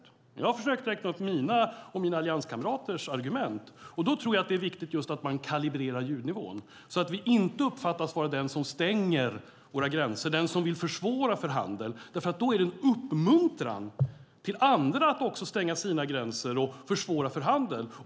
Jag har räknat upp mina och mina allianskamraters argument. Det är viktigt att man kalibrerar ljudnivån så att vi inte uppfattas vara den som stänger gränser och vill försvåra handel. Då är det en uppmuntran till andra att stänga sina gränser och försvåra handel.